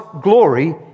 glory